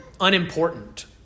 unimportant